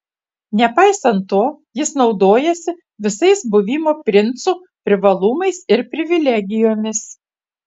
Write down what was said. nepaisant to jis naudojasi visais buvimo princu privalumais ir privilegijomis